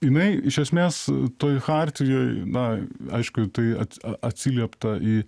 jinai iš esmės toj chartijoj na aišku tai atsiliepta į